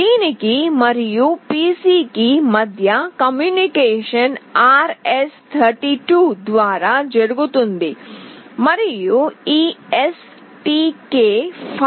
దీనికి మరియు పిసికి మధ్య కమ్యూనికేషన్ RS232 ద్వారా జరుగుతుంది మరియు ఈ STK500 115